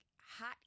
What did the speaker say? hot